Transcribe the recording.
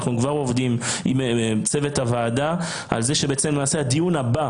אנחנו כבר עובדים עם צוות הוועדה על זה שבעצם הדיון הבא